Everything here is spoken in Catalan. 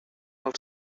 els